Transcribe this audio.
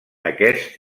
aquest